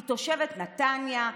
היא תושבת נתניה,